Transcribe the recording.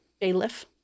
bailiff